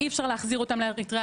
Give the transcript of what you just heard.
אי אפשר להחזיר אותם לאריתריאה,